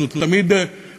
אנחנו